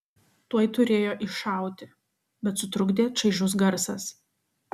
tuoj turėjo iššauti bet sutrukdė čaižus garsas